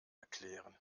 erklären